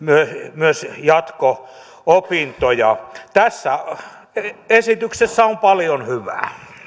myös jatko opintoja tässä esityksessä on paljon hyvää